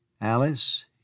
Alice